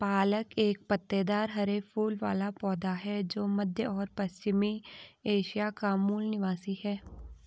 पालक एक पत्तेदार हरे फूल वाला पौधा है जो मध्य और पश्चिमी एशिया का मूल निवासी है